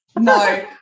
No